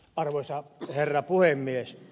arvoisa herra puhemies